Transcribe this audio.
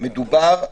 מדובר - אל"ף,